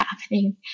happening